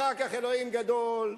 אחר כך אלוהים גדול.